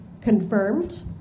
confirmed